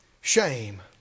Shame